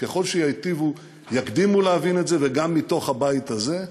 ככל שיקדימו להבין את זה, וגם מתוך הבית הזה,